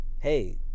hey